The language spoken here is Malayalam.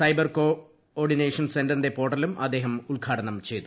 സൈബർ കോ ഓർജിനേഷൻ സെന്ററിന്റെ പോർട്ടലും അദ്ദേഹം ഉൽഘാടനം ചെയ്തു